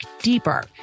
deeper